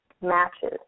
matches